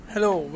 Hello